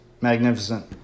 magnificent